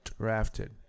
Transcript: drafted